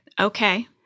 Okay